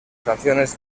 canciones